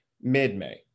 mid-May